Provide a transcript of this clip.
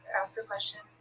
ask-a-question